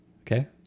Okay